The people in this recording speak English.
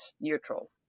neutral